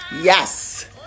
yes